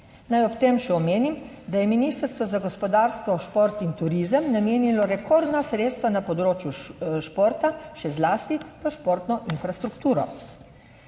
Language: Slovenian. Naj ob tem še omenim, da je Ministrstvo za gospodarstvo, šport in turizem namenilo rekordna sredstva na področju športa, še zlasti v športno infrastrukturo.